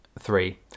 three